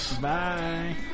Bye